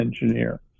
engineer